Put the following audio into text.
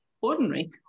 ordinary